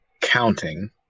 counting